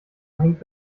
hängt